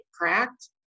cracked